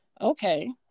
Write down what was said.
okay